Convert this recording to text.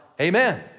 Amen